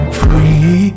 free